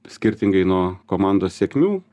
skirtingai nuo komandos sėkmių